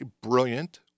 brilliant